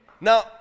Now